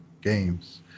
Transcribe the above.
games